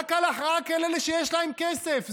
רק על אלה שיש להם כסף.